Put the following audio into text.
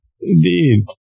Indeed